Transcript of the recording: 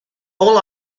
all